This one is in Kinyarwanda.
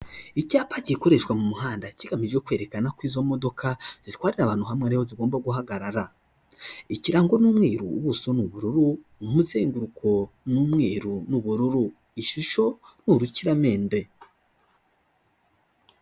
Icyapa gikoreshwa mu muhanda, kigamije kwerekana ko izo modoka zitwarira abantu hamwe ariho zigomba guhagarara, ikirango n'umweruru, ubuso ni ubururu, umuzenguruko ni umweru n'ubururu, ishusho ni urukiramende.